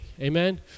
Amen